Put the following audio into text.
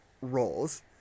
roles